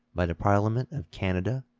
by the parliament of canada,